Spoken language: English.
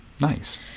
Nice